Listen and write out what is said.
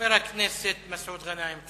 חבר הכנסת מסעוד גנאים.